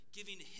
giving